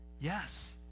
Yes